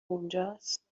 اونجاست